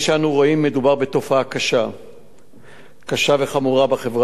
מדובר בתופעה קשה וחמורה בחברה הישראלית,